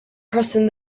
crossing